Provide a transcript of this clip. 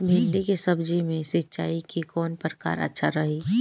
भिंडी के सब्जी मे सिचाई के कौन प्रकार अच्छा रही?